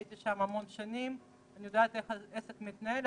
הייתי שם המון שנים ואני יודעת איך הוא מתנהל.